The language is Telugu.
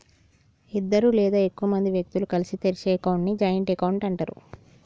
ఇద్దరు లేదా ఎక్కువ మంది వ్యక్తులు కలిసి తెరిచే అకౌంట్ ని జాయింట్ అకౌంట్ అంటరు